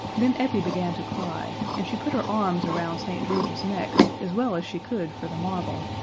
then effie began to cry, and she put her arms around st. george's neck as well as she could for the marble,